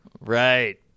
Right